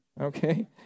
okay